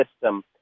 system